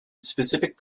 specific